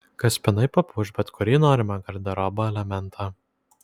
kaspinai papuoš bet kurį norimą garderobo elementą